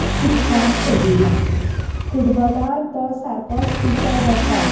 शिकपाक सोदिना फुटबॉला तो सारकोच पिसो जाता